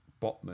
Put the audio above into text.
Botman